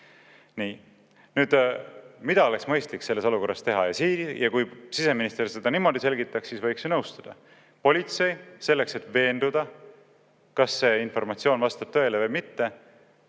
Nüüd, mida oleks mõistlik selles olukorras teha? Kui siseminister seda niimoodi selgitaks, siis võiks ju nõustuda: politsei on selleks, et veenduda, kas see informatsioon vastab tõele või mitte.